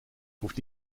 hoeft